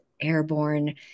airborne